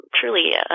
truly